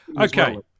okay